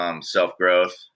self-growth